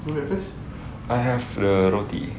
I have the roti